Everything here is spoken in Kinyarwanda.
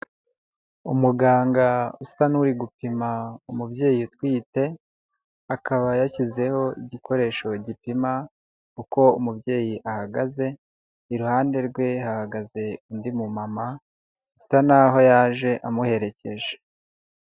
Umuganga usa n'uri gupima umubyeyi utwite, akaba yashyizeho igikoresho gipima uko umubyeyi ahagaze, iruhande rwe hahagaze undi mu mama asa naho yaje amuherekeje.